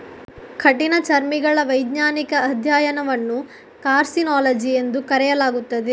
ಕಠಿಣಚರ್ಮಿಗಳ ವೈಜ್ಞಾನಿಕ ಅಧ್ಯಯನವನ್ನು ಕಾರ್ಸಿನಾಲಜಿ ಎಂದು ಕರೆಯಲಾಗುತ್ತದೆ